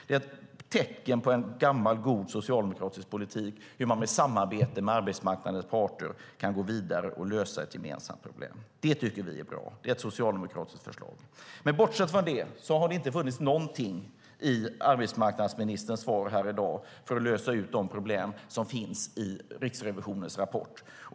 Det är ett tecken på en gammal god socialdemokratisk politik hur man i samarbete med arbetsmarknadens parter kan gå vidare och lösa ett gemensamt problem. Det tycker vi är bra. Det är ett socialdemokratiskt förslag. Bortsett från det har det inte funnits någonting i arbetsmarknadsministerns svar här i dag för att lösa ut de problem som finns i Riksrevisionens rapport.